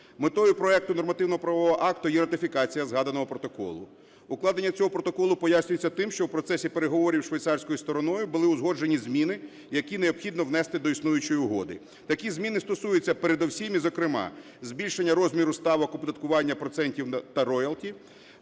Метою проекту нормативно-правового акту є ратифікація згаданого протоколу. Укладення цього протоколу пояснюється тим, що в процесі переговорів швейцарською стороною були узгоджені зміни, які необхідно внести до існуючої угоди. Такі зміни стосуються передовсім і зокрема: збільшення розміру ставок оподаткування процентів та роялті;